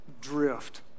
drift